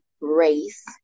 race